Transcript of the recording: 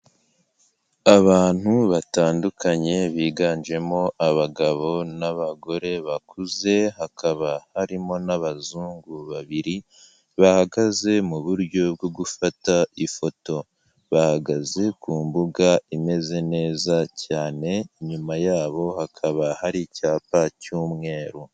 Abantu batandukanye biganjemo abagabo n'abagore bakuze, hakaba harimo n'abazungu babiri bahagaze m'uburyo bwo gufata ifoto, bahagaze ku mbuga imeze neza cyane inyuma yabo hakaba hari icyapa cy'umweru.